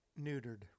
neutered